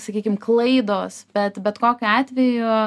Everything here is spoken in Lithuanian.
sakykim klaidos bet bet kokiu atveju